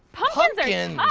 pumpkins are yeah and